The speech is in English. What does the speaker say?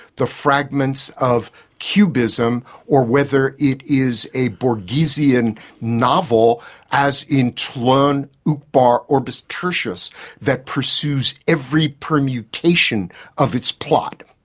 the fragments of cubism or whether it is a borgesian and novel as in tlon, uqbar, orbis tertius that pursues every permutation of its plot.